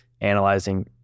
analyzing